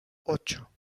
ocho